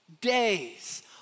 days